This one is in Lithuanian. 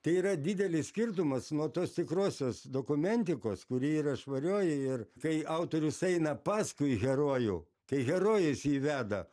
tai yra didelis skirtumas nuo tos tikrosios dokumentikos kuri yra švarioji ir kai autorius eina paskui herojų kai herojus jį veda